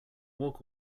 walk